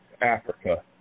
Africa